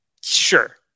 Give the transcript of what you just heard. sure